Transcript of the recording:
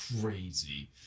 crazy